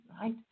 right